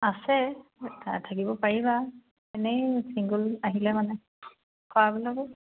আছে থাকিব পাৰিবা এনেই চিংগল আহিলে মানে খোৱা